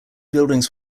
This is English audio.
buildings